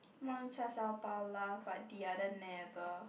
one cha shao pao laugh but the other never